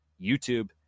YouTube